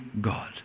God